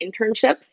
internships